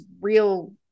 real